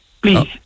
Please